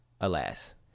Alas